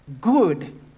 good